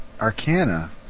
arcana